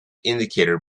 indicator